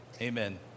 Amen